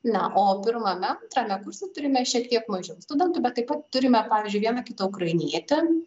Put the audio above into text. na o pirmame antrame kurse turime šiek tiek mažiau studentų bet taip pat turime pavyzdžiui vieną kitą ukrainietį